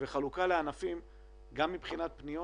חלוקה לענפים גם מבחינת פניות,